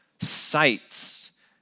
sights